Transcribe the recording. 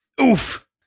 Oof